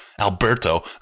Alberto